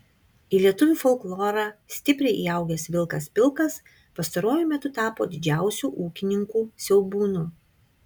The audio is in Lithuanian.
į lietuvių folklorą stipriai įaugęs vilkas pilkas pastaruoju metu tapo didžiausiu ūkininkų siaubūnu